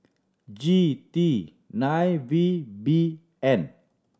G T nine V B N